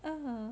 (uh huh)